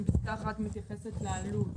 פסקה (1) מתייחסת לעלות,